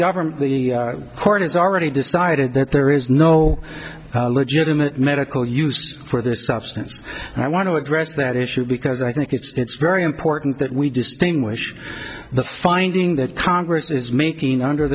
government the court has already decided that there is no legitimate medical use for this substance and i want to address that issue because i think it's very important that we distinguish the finding that congress is making under